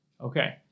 Okay